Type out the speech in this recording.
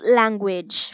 language